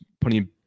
putting